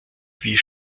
wie